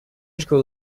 logical